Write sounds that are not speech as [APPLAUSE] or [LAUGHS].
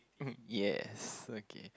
[LAUGHS] yes okay